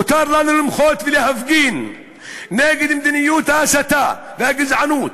מותר לנו למחות ולהפגין נגד מדיניות ההסתה והגזענות